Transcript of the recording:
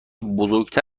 بزرگتر